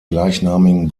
gleichnamigen